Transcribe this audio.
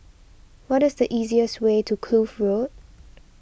what is the easier's way to Kloof Road